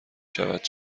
شود